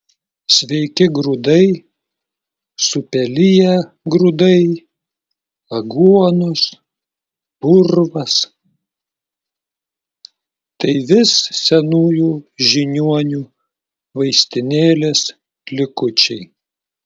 sveiki grūdai supeliję grūdai aguonos purvas tai vis senųjų žiniuonių vaistinėlės likučiai